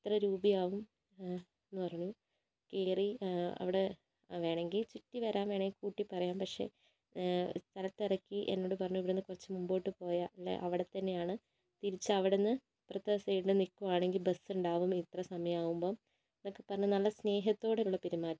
ഇത്ര രൂപയാകും എന്നു പറഞ്ഞു കയറി അവിടെ വേണമെങ്കിൽ ചുറ്റി വരാം വേണമെങ്കിൽ കൂട്ടി പറയാം പക്ഷെസ്ഥലത്തിറക്കി എന്നോട് പറഞ്ഞു ഇവിടുന്ന് കുറച്ചു മുമ്പോട്ട് പോയാൽ അവിടെ തന്നെയാണ് തിരിച്ചവിടുന്ന് ഇപ്പുറത്തെ സൈഡില് നില്കുയാണെങ്കിൽ ബസ്സുണ്ടാവും ഇത്ര സമയാകുമ്പോൾ ഇതൊക്കെ പറഞ്ഞു നല്ല സ്നേഹത്തോടെയുള്ള പെരുമാറ്റം